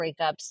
breakups